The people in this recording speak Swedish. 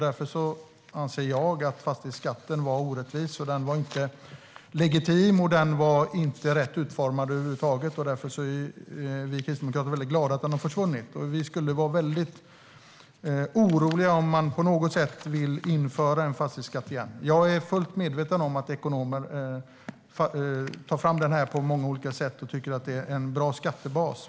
Därför anser jag att fastighetsskatten var orättvis. Den var inte legitim. Den var inte rätt utformad över huvud taget. Därför är vi kristdemokrater väldigt glada över att den har försvunnit. Vi skulle vara väldigt oroliga om man på något sätt ville införa en fastighetsskatt igen. Jag är fullt medveten om att ekonomer tar fram den på många olika sätt och tycker att det är en bra skattebas.